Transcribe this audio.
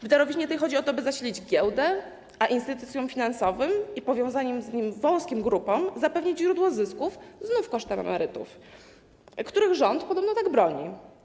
W darowiźnie tej chodzi o to, by zasilić giełdę, a instytucjom finansowym i powiązanym z nimi wąskim grupom zapewnić źródło zysków, znów kosztem emerytów, których rząd podobno tak broni.